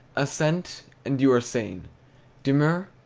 assent, and you are sane demur,